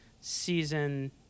season